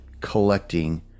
collecting